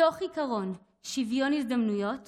תוך עקרון שוויון ההזדמנויות